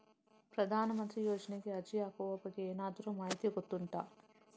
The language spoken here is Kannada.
ಪ್ರಧಾನ ಮಂತ್ರಿ ಯೋಜನೆಗೆ ಅರ್ಜಿ ಹಾಕುವ ಬಗ್ಗೆ ಏನಾದರೂ ಮಾಹಿತಿ ಗೊತ್ತುಂಟ?